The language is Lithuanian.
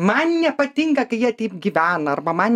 man nepatinka kai jie taip gyvena arba man